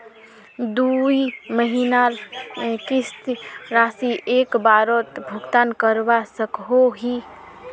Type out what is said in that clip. दुई महीनार किस्त राशि एक बारोत भुगतान करवा सकोहो ही?